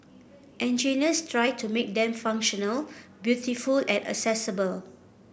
engineers tried to make them functional beautiful and accessible